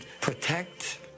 protect